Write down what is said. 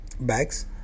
bags